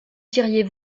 diriez